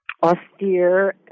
Austere